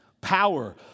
power